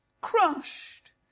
crushed